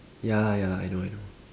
ya lah ya lah I know I know